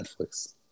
Netflix